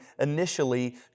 initially